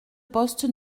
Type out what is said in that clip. poste